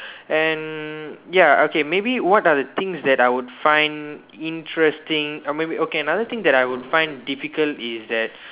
and ya okay maybe what are the things that I would find interesting or maybe okay another thing that I would find difficult is that